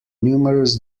numerous